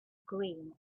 green